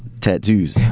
Tattoos